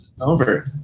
over